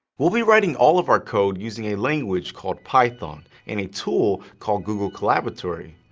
we'll be writing all of our code using a language called python in a tool called google colaboratory.